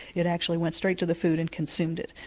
it actually went straight to the food and consumed it.